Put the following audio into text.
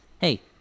hey